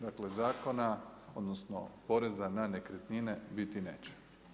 Dakle, zakona odnosno porezna na nekretnine biti neće.